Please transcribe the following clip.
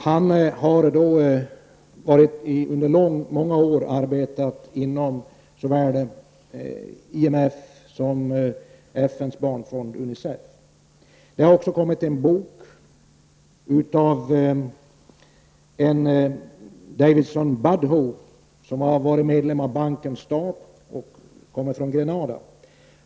Han har under många år arbetat inom såväl IMF som FNs barnfond, Unicef. Det har också kommit en bok av Davidson Budhoo, som har varit medlem av bankens stab och kommer från Grenada.